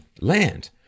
land